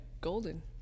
golden